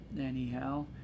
Anyhow